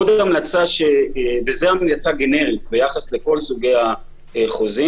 זו המלצה גנרית ביחס לכל סוגי החוזים.